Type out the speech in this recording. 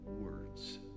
words